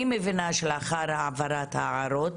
אני מבינה שלאחר העברת ההערות